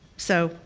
so